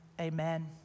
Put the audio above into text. amen